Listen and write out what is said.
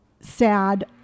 sad